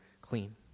clean